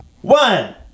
one